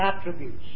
attributes